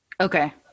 Okay